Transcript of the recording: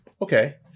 Okay